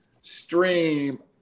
stream